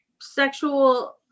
sexual